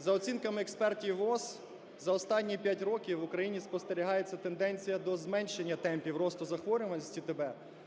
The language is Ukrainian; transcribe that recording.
За оцінками експертів ВООЗ за останні 5 років в Україні спостерігається тенденція до зменшення темпів росту захворюваності ТБ